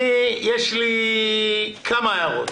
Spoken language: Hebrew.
יש לי כמה הערות.